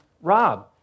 Rob